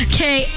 Okay